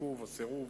עיכוב או סירוב